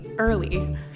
Early